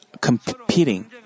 competing